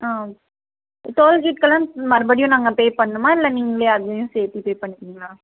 toll ஃபீஸ்கெல்லாம் மறுபடியும் நாங்கள் பே பண்ணணுமா இல்லை நீங்களே அதையும் சேர்த்து பே பண்ணிக்குவிங்களா